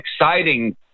exciting